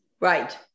Right